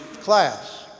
class